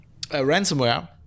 ransomware